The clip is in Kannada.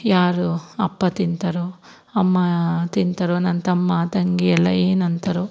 ಯಾರು ಅಪ್ಪ ತಿಂತರೋ ಅಮ್ಮ ತಿಂತರೋ ನನ್ನ ತಮ್ಮ ತಂಗಿ ಎಲ್ಲ ಏನು ಅಂತಾರೋ